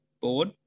board